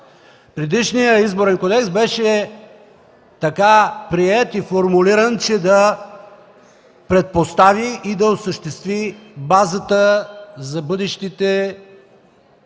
предишният Изборен кодекс и така формулиран, че да предпостави и да осъществи базата за бъдещите